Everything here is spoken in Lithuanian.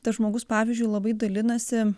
tas žmogus pavyzdžiui labai dalinasi